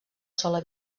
sola